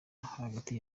hagati